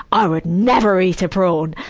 i would never eat a prawn!